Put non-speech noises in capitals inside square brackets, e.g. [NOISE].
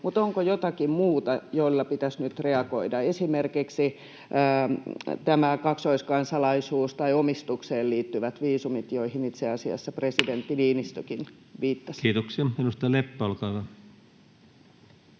sen lisäksi jotakin muuta, jolla pitäisi nyt reagoida. Esimerkiksi tämä kaksoiskansalaisuus tai omistukseen liittyvät viisumit, joihin itse asiassa [NOISE] presidentti Niinistökin viittasi. [Speech 150] Speaker: